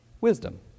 wisdom